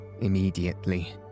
Immediately